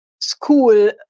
school